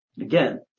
Again